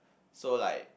so like